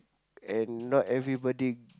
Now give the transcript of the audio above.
and not everybody